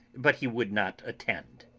but he would not attend.